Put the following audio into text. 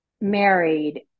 married